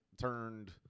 turned